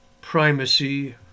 primacy